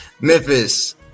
Memphis